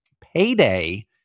payday